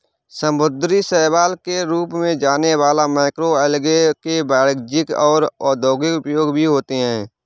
समुद्री शैवाल के रूप में जाने वाला मैक्रोएल्गे के वाणिज्यिक और औद्योगिक उपयोग भी होते हैं